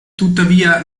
tuttavia